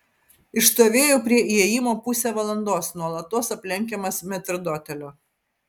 išstovėjau prie įėjimo pusę valandos nuolatos aplenkiamas metrdotelio